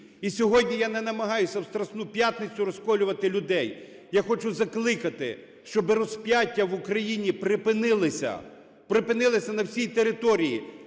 І сьогодні я не намагаюсь, в Страсну п'ятницю, розколювати людей. Я хочу закликати, щоби розп'яття в Україні припинилися, припинилися на всій території,